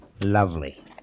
Lovely